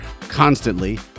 constantly